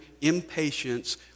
impatience